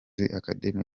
academy